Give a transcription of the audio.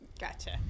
Gotcha